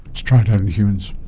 to try it out in humans.